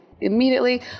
immediately